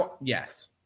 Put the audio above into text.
Yes